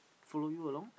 follow you along